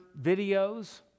videos